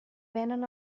venen